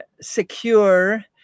secure